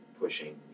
pushing